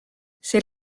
c’est